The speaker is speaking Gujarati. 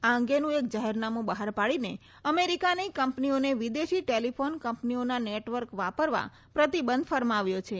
આ અંગેનું એક જાહેરનામું બહાર પાડીને અમેરિકાની કંપનીઓને વિદેશી ટેલીફોન કંપનીઓના નેટવર્ક વાપરવા પ્રતિબંધ ફરમાવ્યો છે